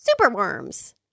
superworms